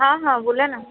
हां हां बोला ना